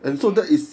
and then